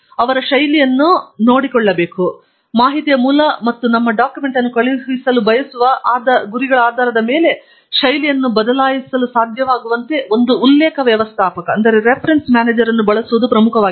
ಆದ್ದರಿಂದ ಮಾಹಿತಿಯ ಮೂಲ ಮತ್ತು ನಮ್ಮ ಡಾಕ್ಯುಮೆಂಟ್ ಅನ್ನು ಕಳುಹಿಸಲು ಬಯಸುವ ಗುರಿಗಳ ಆಧಾರದ ಮೇಲೆ ಶೈಲಿಯನ್ನು ಬದಲಾಯಿಸಲು ಸಾಧ್ಯವಾಗುವಂತೆ ಒಂದು ಉಲ್ಲೇಖ ವ್ಯವಸ್ಥಾಪಕವನ್ನು ಬಳ ಸುವುದು ಅದರ ಪ್ರಮುಖ ವಾಗಿದೆ